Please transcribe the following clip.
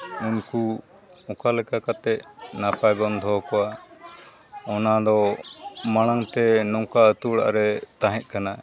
ᱩᱱᱠᱩ ᱚᱠᱟ ᱞᱮᱠᱟ ᱠᱟᱛᱮᱫ ᱱᱟᱯᱟᱭ ᱵᱚᱱ ᱫᱚᱦᱚ ᱠᱚᱣᱟ ᱚᱱᱟᱫᱚ ᱢᱟᱲᱟᱝ ᱛᱮ ᱱᱚᱝᱠᱟ ᱟᱹᱛᱩ ᱚᱲᱟᱜ ᱨᱮ ᱛᱟᱦᱮᱸᱫ ᱠᱟᱱᱟ